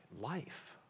life